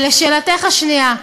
לשאלתך השנייה,